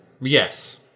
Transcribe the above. Yes